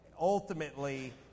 ultimately